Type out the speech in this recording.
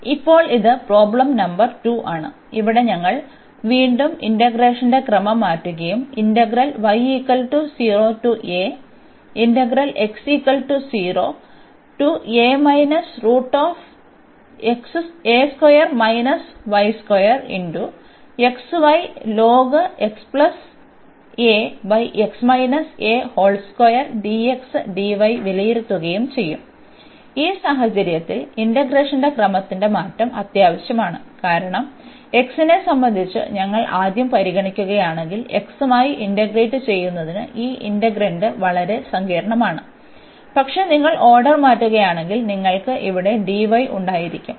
ഇപ്പോൾ ഇത് പ്രശ്ന നമ്പർ 2 ആണ് ഇവിടെ ഞങ്ങൾ വീണ്ടും ഇന്റഗ്രേഷന്റെ ക്രമം മാറ്റുകയും വിലയിരുത്തുകയും ചെയ്യും ഈ സാഹചര്യത്തിൽ ഇന്റഗ്രേഷന്റെ ക്രമത്തിന്റെ മാറ്റം അത്യാവശ്യമാണ് കാരണം x നെ സംബന്ധിച്ച് ഞങ്ങൾ ആദ്യം പരിഗണിക്കുകയാണെങ്കിൽ x മായി ഇന്റഗ്രേറ്റ് ചെയ്യുന്നതിന് ഈ ഇന്റെഗ്രന്റ് വളരെ സങ്കീർണ്ണമാണ് പക്ഷേ നിങ്ങൾ ഓർഡർ മാറ്റുകയാണെങ്കിൽ നിങ്ങൾക്ക് ഇവിടെ dy ഉണ്ടായിരിക്കും